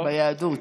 ביהדות,